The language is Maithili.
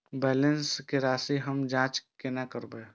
बैलेंस के राशि हम जाँच केना करब?